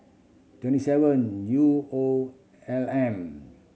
twenty seven U O L M